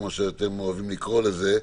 כמו שאתם אוהבים לקרוא לזה,